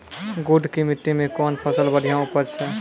गुड़ की मिट्टी मैं कौन फसल बढ़िया उपज छ?